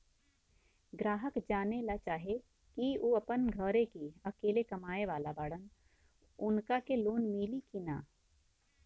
ग्राहक जानेला चाहे ले की ऊ अपने घरे के अकेले कमाये वाला बड़न उनका के लोन मिली कि न?